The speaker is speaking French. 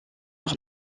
leur